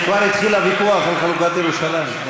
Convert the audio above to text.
כבר התחיל הוויכוח על חלוקת ירושלים.